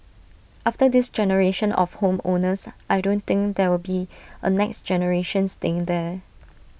after this generation of home owners I don't think there will be A next generation staying there